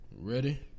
ready